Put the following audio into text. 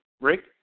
Rick